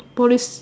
polys